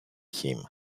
him